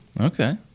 Okay